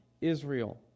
Israel